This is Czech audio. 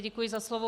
Děkuji za slovo.